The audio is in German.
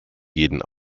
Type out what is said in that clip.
jeden